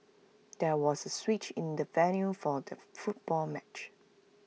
there was A switch in the venue for the football match